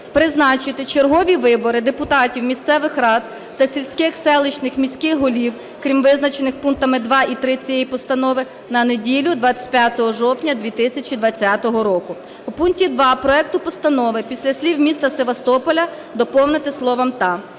"Призначити чергові вибори депутатів місцевих рад та сільських, селищних, міських голів, крім визначених пунктами 2 і 3 цієї постанови, на неділю 25 жовтня 2020 року". У пункті 2 проекту постанови після слів "міста Севастополя" доповнити словом "та",